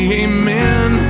amen